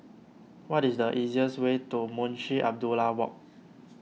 what is the easiest way to Munshi Abdullah Walk